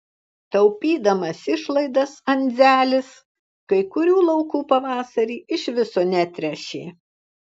taupydamas išlaidas andzelis kai kurių laukų pavasarį iš viso netręšė